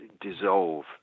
dissolve